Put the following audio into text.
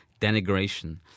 denigration